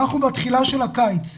אנחנו בתחילה של הקיץ,